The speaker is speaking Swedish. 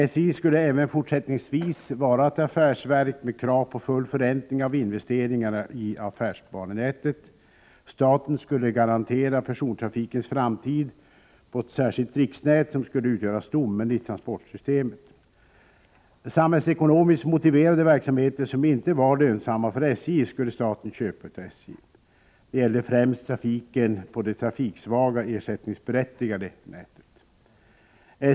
SJ skulle även fortsättningsvis vara ett affärsverk med krav på full förräntning av investeringar i affärsbanenätet. Staten skulle garantera persontrafikens framtid på ett särskilt riksnät, som skulle utgöra stommen i transportsystemet. Samhällsekonomiskt motiverade verksamheter som inte var lönsamma för SJ skulle staten köpa av SJ. Det gällde främst trafiken på det trafiksvaga ersättningsberättigade nätet.